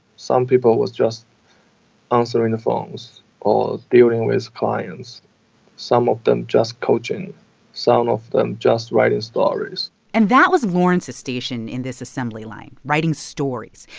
some people, it was just answering the phones or dealing with clients some of them, just coaching some of them just writing stories and that was lawrence's station in this assembly line, writing stories.